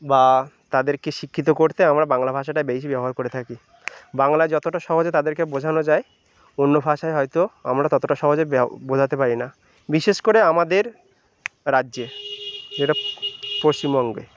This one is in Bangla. বা তাদেরকে শিক্ষিত করতে আমরা বাংলা ভাষাটা বেশি ব্যবহার করে থাকি বাংলা যতটা সহজে তাদেরকে বোঝানো যায় অন্য ভাষায় হয়তো আমরা ততটা সহজে বোঝাতে পারি না বিশেষ করে আমাদের রাজ্যে যেটা পশ্চিমবঙ্গে